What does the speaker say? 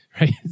Right